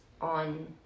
on